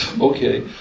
Okay